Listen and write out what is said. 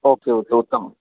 okay okay उत्तमम्